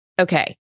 Okay